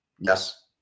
Yes